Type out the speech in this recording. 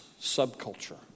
subculture